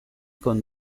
con